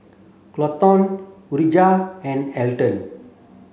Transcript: Colton Urijah and Elton